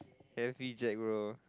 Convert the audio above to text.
happy jack bro